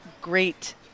great